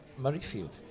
Murrayfield